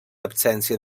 absència